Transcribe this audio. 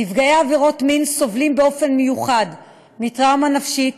נפגעי עבירות מין סובלים באופן מיוחד מטראומה נפשית